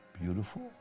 beautiful